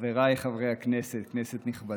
חבריי חברי הכנסת, כנסת נכבדה,